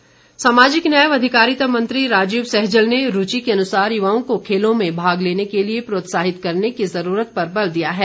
सहजल सामाजिक न्याय व अधिकारिता मंत्री राजीव सहजल ने रूचि के अनुसार युवाओं को खेलों में भाग लेने के लिए प्रोत्साहित करने की ज़रूरत पर बल दिया है